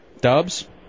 Dubs